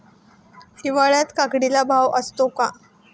हिवाळ्यात काकडीला भाव असतो का?